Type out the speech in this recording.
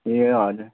ए हजुर